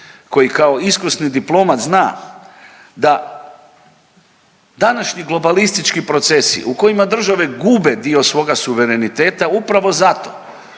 koji kao iskusni diplomat zna da današnji globalistički procesi u kojima države gube dio svoga suvereniteta upravo zato